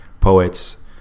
poets